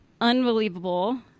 unbelievable